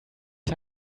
die